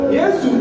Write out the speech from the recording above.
yes